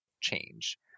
change